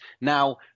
now